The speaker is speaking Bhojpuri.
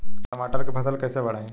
टमाटर के फ़सल कैसे बढ़ाई?